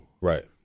Right